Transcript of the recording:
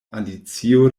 alicio